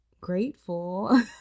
grateful